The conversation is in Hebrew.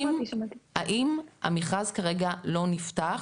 האם המכרז כרגע לא נפתח?